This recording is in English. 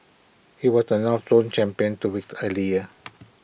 he was the north zone champion two weeks earlier